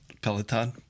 Peloton